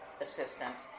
assistance